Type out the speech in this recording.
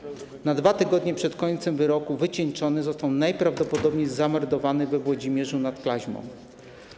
Na 2 tygodnie przed końcem wyroku wycieńczony został najprawdopodobniej zamordowany we Włodzimierzu nad Klaźmą.